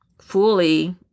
fully